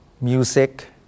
music